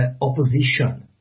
opposition